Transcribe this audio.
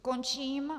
Končím.